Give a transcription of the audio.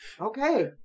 Okay